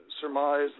surmise